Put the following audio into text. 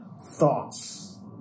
thoughts